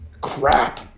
Crap